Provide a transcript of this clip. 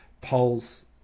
polls